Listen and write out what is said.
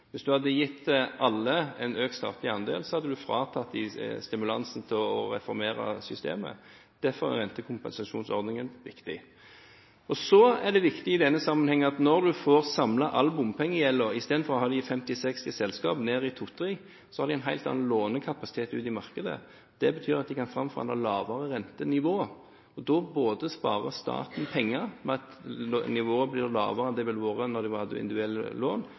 Hvis man hadde gitt alle en økt statlig andel, hadde man fratatt dem stimulansen til å reformere systemet, derfor er rentekompensasjonsordningen viktig. Så er det viktig i denne sammenheng at når man får samlet all bompengegjelden, fra å ha den i 50–60 selskaper til ned i 2–3, har de en helt annen lånekapasitet ute i markedet. Det betyr at de kan framforhandle lavere rentenivå, og da sparer staten penger ved at nivået blir lavere enn det ville vært da man hadde individuelle lån,